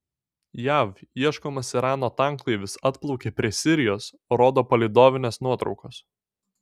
jav ieškomas irano tanklaivis atplaukė prie sirijos rodo palydovinės nuotraukos